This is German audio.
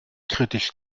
kritisch